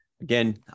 Again